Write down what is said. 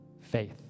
faith